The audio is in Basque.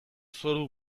zoru